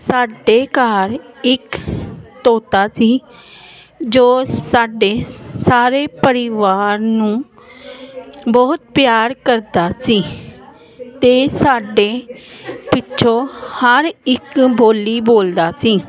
ਸਾਡੇ ਘਰ ਇੱਕ ਤੋਤਾ ਸੀ ਜੋ ਸਾਡੇ ਸਾਰੇ ਪਰਿਵਾਰ ਨੂੰ ਬਹੁਤ ਪਿਆਰ ਕਰਦਾ ਸੀ ਅਤੇ ਸਾਡੇ ਪਿੱਛੋਂ ਹਰ ਇੱਕ ਬੋਲੀ ਬੋਲਦਾ ਸੀ